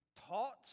taught